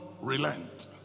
relent